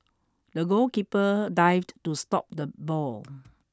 the goalkeeper dived to stop the ball